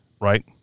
right